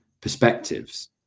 perspectives